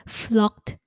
flocked